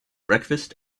breakfast